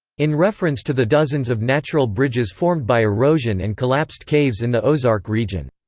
in reference to the dozens of natural bridges formed by erosion and collapsed caves in the ozark region.